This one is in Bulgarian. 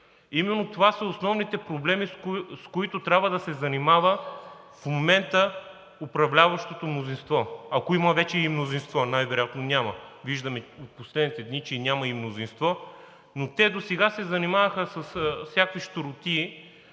Именно това са и основните проблеми, с които трябва да се занимава в момента управляващото мнозинство, ако има вече и мнозинство. Най вероятно няма. Виждаме в последните дни, че няма и мнозинство. Те досега се занимаваха с всякакви щуротии,